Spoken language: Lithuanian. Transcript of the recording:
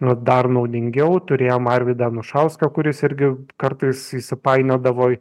nu dar naudingiau turėjom arvydą anušauską kuris irgi kartais įsipainiodavo